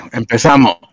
empezamos